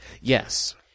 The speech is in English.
Yes